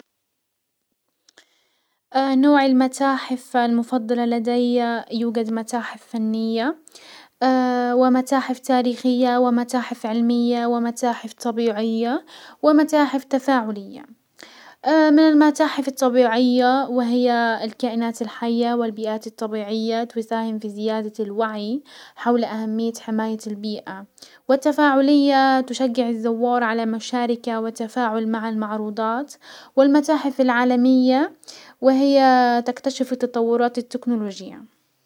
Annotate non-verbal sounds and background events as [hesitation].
[hesitation] نوع المتاحف المفضلة لدي يوجد متاحف فنية [hesitation] ومتاحف تاريخية ومتاحف علمية ومتاحف طبيعية ومتاحف تفاعلية. [hesitation] من المتاحف الطبيعية وهي الكائنات الحية والبيئات الطبيعية تساهم في زيادة الوعي حول اهمية حماية البيئة، والتفاعلية تشجع الزوار على مشاركة وتفاعل مع المعروضات، والمتاحف العالمية وهي تكتشف التطورات التكنولوجية.